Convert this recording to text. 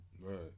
Right